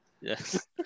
Yes